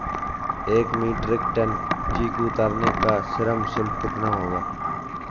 एक metric ton चीकू उतारने का श्रम शुल्क कितना होगा?